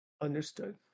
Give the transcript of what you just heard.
Understood